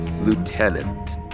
Lieutenant